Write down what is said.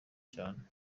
cyane